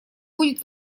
будет